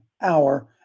hour